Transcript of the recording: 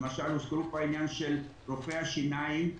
למשל, הוזכר פה העניין של רופאי השיניים,